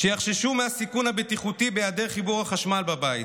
שיחששו מהסיכון הבטיחותי בהיעדר חיבור החשמל בבית,